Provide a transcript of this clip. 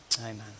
Amen